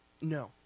No